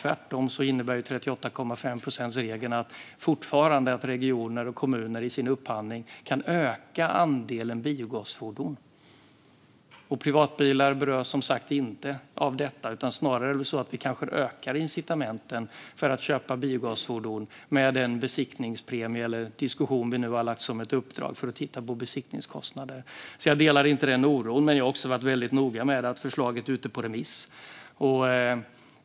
Tvärtom innebär 38,5-procentsregeln att regioner och kommuner i sin upphandling fortfarande kan öka andelen biogasfordon. Privatbilar berörs inte av detta. Snarare ökar vi incitamenten för att köpa biogasfordon med den besiktningspremie eller diskussion som har lagts ut som ett uppdrag för att titta på besiktningskostnader. Jag delar inte oron, men jag har också varit noga med att skicka ut förslaget på remiss.